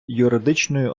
юридичною